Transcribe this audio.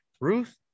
Ruth